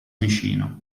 vicino